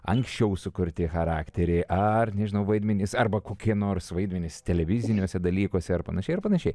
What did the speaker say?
anksčiau sukurti charakteriai ar nežinau vaidmenys arba kokie nors vaidmenys televiziniuose dalykuose ir panašiai ir panašiai